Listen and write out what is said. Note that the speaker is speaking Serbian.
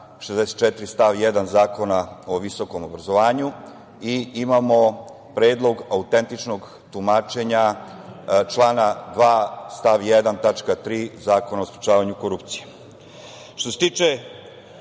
1. Zakona o visokom obrazovanju i imamo Predlog autentičnog tumačenja člana 2. stav 1. tačka 3) Zakona o sprečavanju korupcije. Što